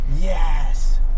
Yes